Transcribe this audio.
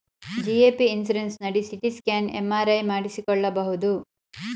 GAP insurance ನಡಿ CT scan, MRI ಮಾಡಿಸಿಕೊಳ್ಳಬಹುದು